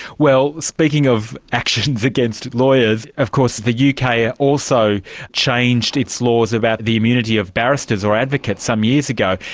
well speaking of actions against lawyers, of course the yeah uk ah yeah also changed its laws about the immunity of barristers or advocates some years ago,